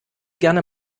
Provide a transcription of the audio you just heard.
gerne